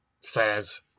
says